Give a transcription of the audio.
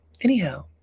Anyhow